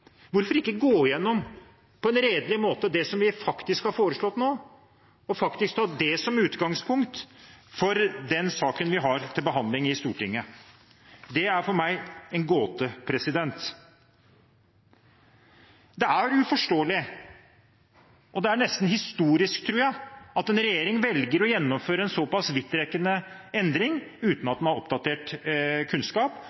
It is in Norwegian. Hvorfor ikke på en redelig måte gå gjennom det vi faktisk har foreslått, og ta det som utgangspunkt for den saken vi har til behandling i Stortinget? Det er for meg en gåte. Det er uforståelig, og det er nesten historisk, tror jeg, at en regjering velger å gjennomføre en såpass vidtrekkende endring, uten